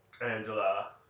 angela